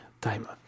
timer